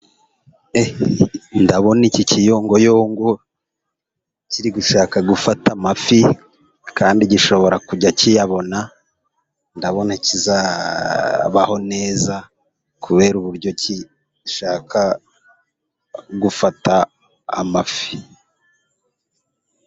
Ndabona iki kiyongoyongo, kiri gushaka gufata amafi kandi gishobora kujya kiyabona, ndabona kizabaho neza kubera uburyo gishaka gufata amafi.